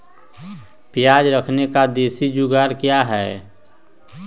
प्याज रखने का देसी जुगाड़ क्या है?